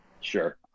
Sure